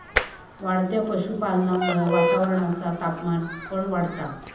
वाढत्या पशुपालनामुळा वातावरणाचा तापमान पण वाढता